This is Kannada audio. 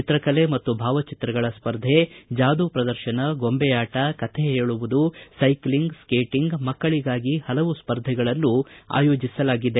ಚಿತ್ರಕಲೆ ಮತ್ತು ಭಾವಚಿತ್ರಗಳ ಸ್ಪರ್ಧೆ ಜಾದು ಪ್ರದರ್ಶನ ಗೊಂಬೆ ಆಟ ಕಥೆ ಹೇಳುವುದು ಸೈಕ್ಷಂಗ್ ಸ್ಕೇಟಂಗ್ ಮಕ್ಕಳಗಾಗಿ ಹಲವು ಸ್ಪರ್ಧೆಗಳನ್ನು ಆಯೋಜಿಸಲಾಗಿದೆ